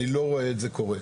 אני לא רואה את זה קורה.